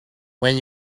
when